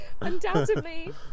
Undoubtedly